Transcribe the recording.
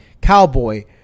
cowboy